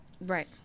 Right